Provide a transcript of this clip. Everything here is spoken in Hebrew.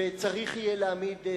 וצריך יהיה להעמיד,